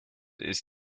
ist